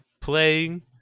Playing